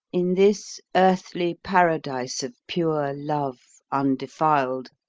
in this earthly paradise of pure love, undefiled,